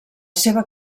seva